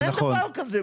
אין דבר כזה.